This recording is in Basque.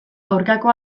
aurkako